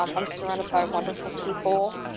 um i'm surrounded by wonderful people.